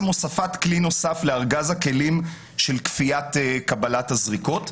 הוספת כלי נוסף לארגז הכלים של כפיית קבלת הזריקות,